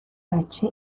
بچه